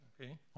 Okay